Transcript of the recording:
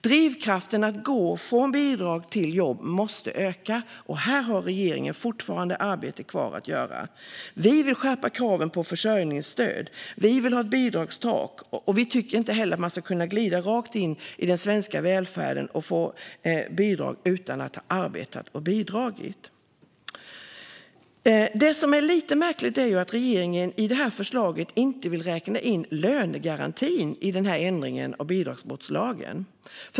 Drivkraften att gå från bidrag till jobb måste öka, och här har regeringen arbete kvar att göra. Vi vill skärpa kraven för försörjningsstöd. Vi vill ha ett bidragstak, och vi tycker inte heller att man ska kunna glida rakt in i den svenska välfärden och få bidrag utan att ha arbetat och bidragit. Det som är lite märkligt är att regeringen i detta förslag inte vill räkna in lönegarantin i ändringen av bidragsbrottslagen.